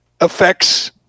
affects